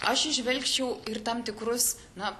aš įžvelgčiau ir tam tikrus na